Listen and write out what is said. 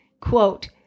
Quote